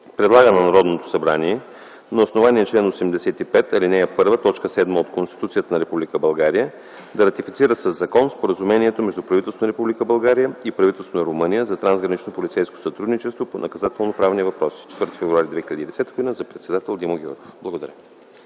Предлага на Народното събрание на основание чл. 85, ал. 1, т. 7 от Конституцията на Република България да ратифицира със закон Споразумението между правителството на Република България и правителството на Румъния за трансгранично полицейско сътрудничество по наказателноправни въпроси.” ПРЕДСЕДАТЕЛ ЕКАТЕРИНА МИХАЙЛОВА: Благодаря.